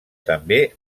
també